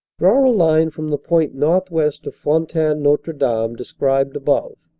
draw a line from the point northwest of fontaine-n otre dame described above,